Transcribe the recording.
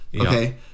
Okay